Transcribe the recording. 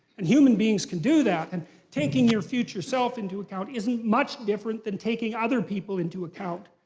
and human beings can do that. and taking your future self into account isn't much different than taking other people into account.